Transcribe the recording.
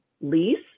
lease